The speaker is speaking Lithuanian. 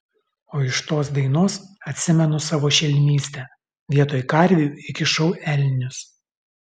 o iš tos dainos atsimenu savo šelmystę vietoj karvių įkišau elnius